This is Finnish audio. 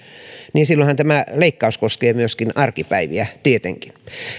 ja silloinhan tämä leikkaus koskee myöskin arkipäiviä tietenkin